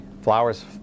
flowers